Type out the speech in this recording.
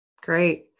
Great